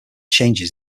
changes